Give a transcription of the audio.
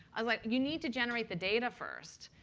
i was like, you need to generate the data first.